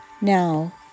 Now